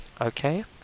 Okay